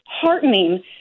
heartening